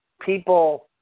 people